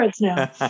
now